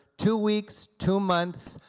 two weeks, two months,